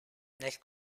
nel